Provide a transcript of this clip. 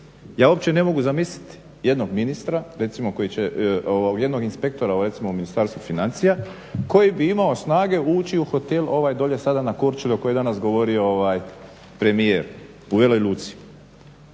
Ja uopće ne mogu zamisliti jednog ministra recimo koji će, jednog inspektora recimo u Ministarstvu financija koji bi imao snage ući u hotel ovaj dolje sada na Korčuli o kojem je danas govorio premijer u Veloj Luci.